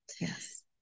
Yes